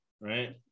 right